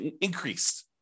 increased